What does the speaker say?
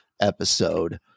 episode